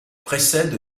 précède